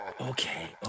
Okay